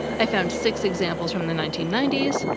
i found six examples from the nineteen ninety s,